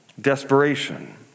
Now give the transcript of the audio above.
desperation